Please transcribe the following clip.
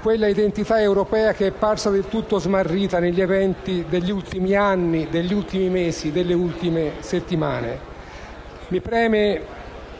quell'identità europea che è parsa del tutto smarrita negli eventi degli ultimi anni, mesi e settimane. In questo